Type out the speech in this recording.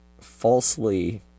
falsely